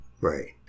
right